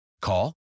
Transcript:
Call